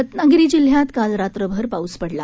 रत्नागिरी जिल्ह्यात काल रात्रभर पाऊस पडला